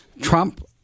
trump